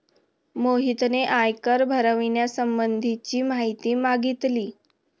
मोहितने आयकर भरण्यासंबंधीची माहिती मागितली